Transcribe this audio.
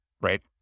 right